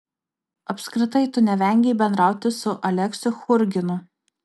apskritai tu nevengei bendrauti su aleksiu churginu